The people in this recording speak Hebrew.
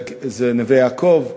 זה נווה-יעקב,